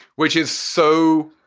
which is so.